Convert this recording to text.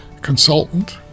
consultant